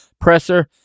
presser